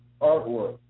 artwork